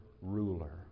Ruler